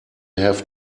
have